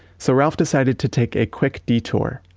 so, ralph decided to take a quick detour.